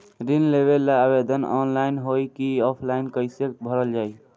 ऋण लेवेला आवेदन ऑनलाइन होई की ऑफलाइन कइसे भरल जाई?